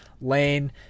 lane